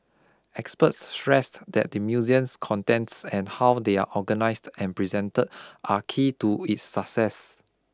experts stressed that the museum's contents and how they are organised and presented are key to its success